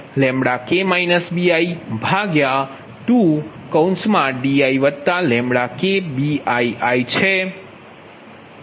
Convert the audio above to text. હવે સમીકરણ 68 Pgi bi2diBii